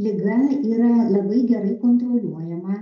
liga yra labai gerai kontroliuojama